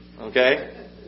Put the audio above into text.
Okay